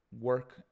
work